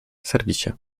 serwisie